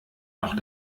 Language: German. noch